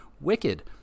Wicked